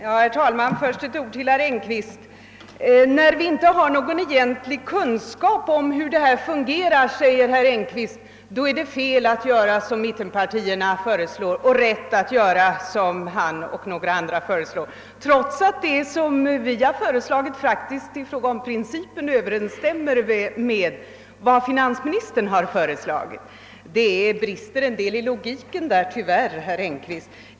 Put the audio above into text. Herr talman! Först några ord till herr Engkvist. När vi inte har någon egentlig kunskap om hur detta fungerar, säger herr Engkvist, då är det fel att göra som mittenpartierna föreslår och rätt att göra som han och några andra föreslår. Han säger detta trots att det som vi har föreslagit i fråga om själva principen faktiskt överensstämmer med vad finansministern har föreslagit. Det brister tyvärr en hel del i logiken härvidlag, herr Engkvist.